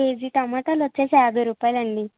KG టొమాటోలు వచ్చి యాభై రుపాయలండి